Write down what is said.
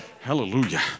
Hallelujah